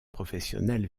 professionnelle